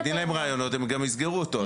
תתני להם רעיונות הם גם יסגרו אותו.